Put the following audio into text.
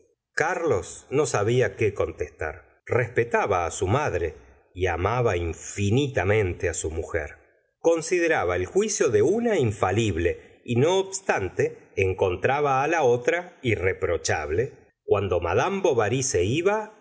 carlos no sabía que contestar respetaba it su madre y amaba infinitamente su mujer consideraba el juicio de una infalible y no obstante encontraba la otra irreprochable cuando madame bovary se iba